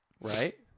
Right